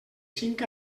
cinc